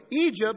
Egypt